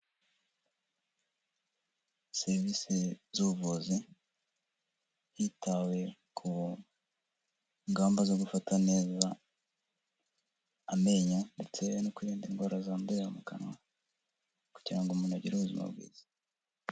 Serivisi z'ubuvuzi, hitawe ku ngamba zo gufata neza amenyo ndetse no kwirinda indwara zandurira mu kanwa kugira ngo umuntu agire ubuzima bwiza.